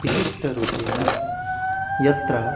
विशिष्टरूपेण यत्र